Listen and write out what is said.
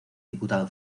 diputado